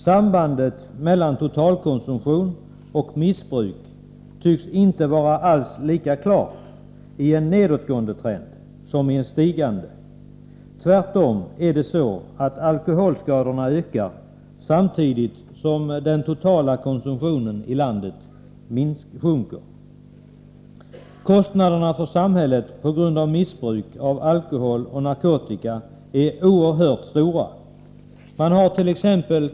Sambandet mellan totalkonsumtion och missbruk tycks inte alls vara lika klart vid en nedåtgående trend som vid en stigande. Tvärtom är det så, att alkoholskadorna ökar, trots att den totala konsumtionen i landet samtidigt sjunker. Kostnaderna för samhället på grund av missbruk av alkohol och narkotika är oerhört stora. Man hart.ex.